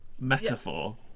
metaphor